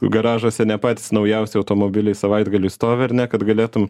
garažuose ne patys naujausi automobiliai savaitgaliui stovi ar ne kad galėtum